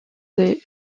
des